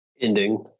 Ending